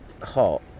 hot